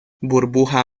burbuja